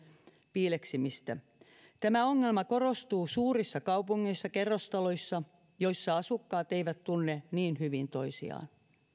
piileksimistä tämä ongelma korostuu suurissa kaupungeissa kerrostaloissa joissa asukkaat eivät tunne niin hyvin toisiaan